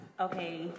Okay